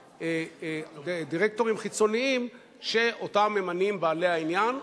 דירקטורים חיצוניים שאותם ממנים בעלי העניין,